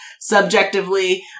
Subjectively